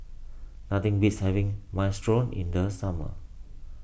nothing beats having Minestrone in the summer